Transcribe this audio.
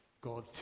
God